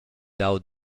dau